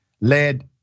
led